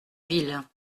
ville